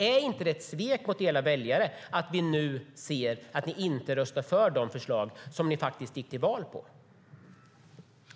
Är det inte ett svek mot era väljare när ni inte röstar för de förslag som ni gick till val på?